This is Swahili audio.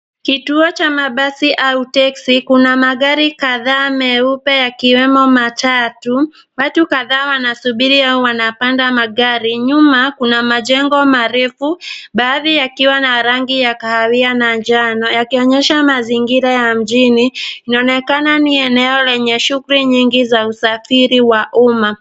Kituo cha mabasi au teksi. Kuna magari kadhaa meupe yakiwemo matatu. Watu kadhaa wanasubiri au wanapanda magari. Nyuma, kuna majengo marefu, baadhi yakiwa na rangi ya kahawia na njano, yakionyesha mazingira ya mjini. Inaonekana ni eneo lenye shughuli nyingi za usafiri wa umma.